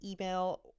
email